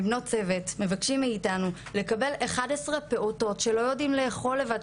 מבנות הצוות לקבל 11 פעוטות שלא יודעים לאכול לבד,